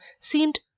seemed